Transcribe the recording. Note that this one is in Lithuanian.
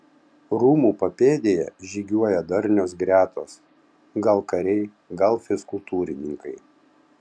rūmų papėdėje žygiuoja darnios gretos gal kariai gal fizkultūrininkai